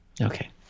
Okay